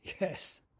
Yes